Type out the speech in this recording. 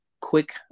quick